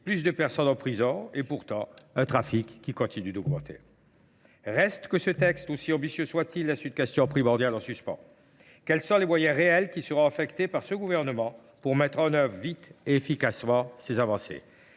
plus de personnes en prison et pourtant un trafic qui continue d'augmenter. Reste que ce texte, aussi ambitieux soit-il, la suite question primordiale en suspens. Quels sont les moyens réels qui seront affectés par ce gouvernement pour mettre en œuvre vite et efficacement ces avancées ?